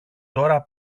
τώρα